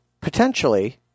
potentially